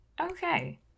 Okay